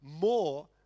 more